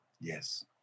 yes